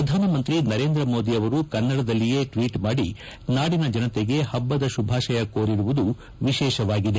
ಪ್ರಧಾನಮಂತ್ರಿ ನರೇಂದ್ರ ಮೋದಿ ಅವರು ಕನ್ನಡದಲ್ಲಿಯೇ ಟ್ವೀಟ್ ಮಾಡಿ ನಾಡಿನ ಜನತೆಗೆ ಹಬ್ಬದ ಶುಭಾಶಯ ಕೋರಿರುವುದು ವಿಶೇಷವಾಗಿದೆ